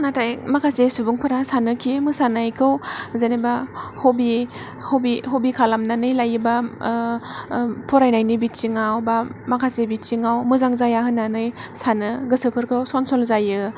नाथाय माखासे सुबुंफोरा सानोखि मोसाखौ जेनैबा हबि खालामनानै लायोब्ला फरायनायनि बिथिङाव बा माखासे बिथिङाव मोजां जाया होन्नानै सानो गोसोफोरखौ सन सल जायो